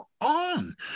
on